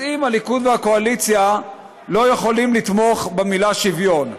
אם הליכוד והקואליציה לא יכולים לתמוך במילה "שוויון",